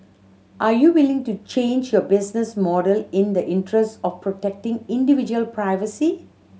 are you willing to change your business model in the interest of protecting individual privacy